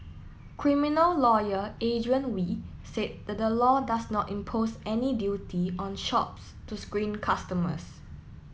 criminal lawyer Adrian Wee said that the law does not impose any duty on shops to screen customers